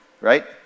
right